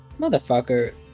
Motherfucker